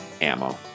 ammo